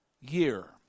year